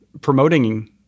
Promoting